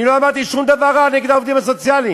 אני לא אמרתי שום דבר רע נגד העובדים הסוציאליים,